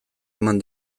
eman